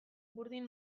burdin